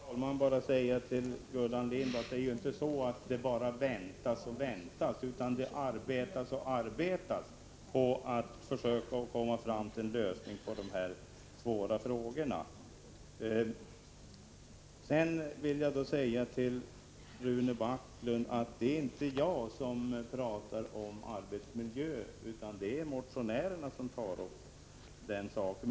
Herr talman! Jag vill bara säga till Gullan Lindblad att det inte bara väntas och väntas, utan det arbetas och arbetas på att försöka komma fram till en lösning på de här svåra frågorna. För Rune Backlund vill jag understryka att det inte är jag som talar om arbetsmiljö, utan det är motionärerna som tar upp den saken.